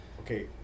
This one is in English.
okay